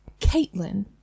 Caitlin